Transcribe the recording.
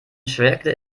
schwelgte